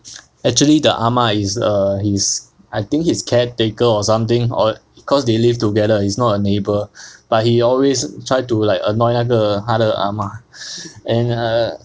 actually the ah ma is err his I think his caretaker or something or because they live together is not a neighbour but he always try to like annoy 那个他的 ah ma and err